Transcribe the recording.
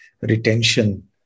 retention